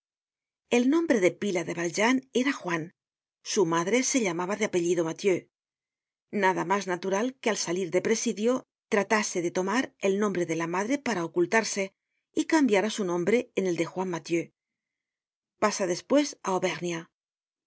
el nombre de pila de valjean era juan su madre se llamaba de apellido mathieu nada mas natural que al salir de presidio tratase de tomar el nombre de la madre para ocultarse y cambiara su nombre en el de juan mathieu pasa despues á auvernia